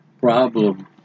problem